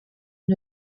针对